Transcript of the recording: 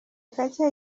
gacye